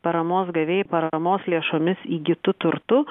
paramos gavėjai paramos lėšomis įgytu turtu